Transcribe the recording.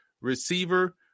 receiver